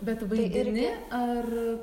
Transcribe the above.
bet vaidini ar